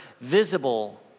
visible